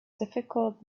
difficult